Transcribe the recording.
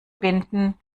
binden